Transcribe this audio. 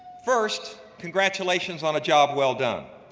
first, congratulations on a job well done,